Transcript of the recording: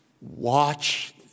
watch